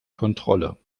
kontrolle